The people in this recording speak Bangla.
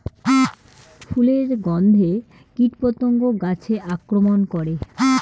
ফুলের গণ্ধে কীটপতঙ্গ গাছে আক্রমণ করে?